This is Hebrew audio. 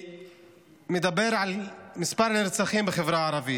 שמדבר על מספר הנרצחים בחברה הערבית,